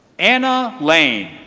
anna lane.